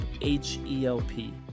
H-E-L-P